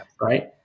Right